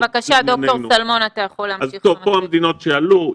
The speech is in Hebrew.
ניתן לראות פה את המדינות שעלו.